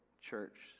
church